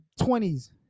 20s